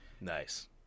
Nice